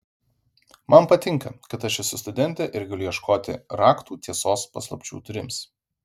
man patinka kad aš esu studentė ir galiu ieškoti raktų tiesos paslapčių durims